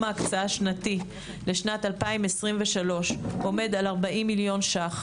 ההקצאה השנתי לשנת 2023 עומד על 40 מיליון ₪,